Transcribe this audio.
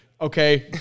Okay